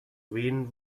wen